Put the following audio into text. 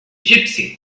gypsy